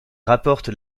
rapporte